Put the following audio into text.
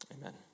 Amen